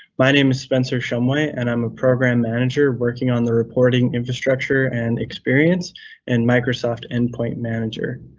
my name is spencer shumway, and i'm a program manager, working on the reporting infrastructure and experience in microsoft endpoint manager.